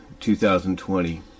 2020